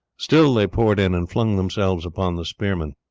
still they poured in and flung themselves upon the spearmen,